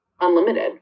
unlimited